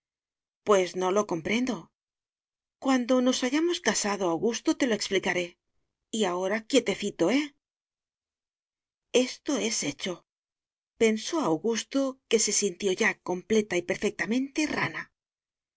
pues no lo comprendo cuando nos hayamos casado augusto te lo explicaré y ahora quietecito eh esto es hecho pensó augusto que se sintió ya completa y perfectamente rana